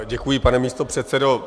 Děkuji, pane místopředsedo.